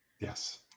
Yes